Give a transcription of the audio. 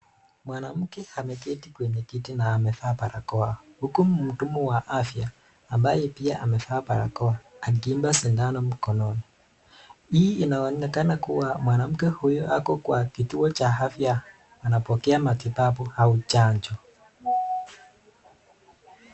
Mwanamke ameketi kwenye kiti na amevaa barakoa huku mhudumu wa afya ambaye pia amevaa barakoa akiwa sindano mkononi. Hii inaonekana kuwa mwanamke huyu ako kwa kituo cha afya anapokea matibabu au chanjo.